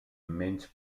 menys